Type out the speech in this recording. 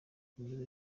akomeza